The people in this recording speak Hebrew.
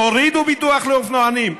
תורידו ביטוח לאופנוענים.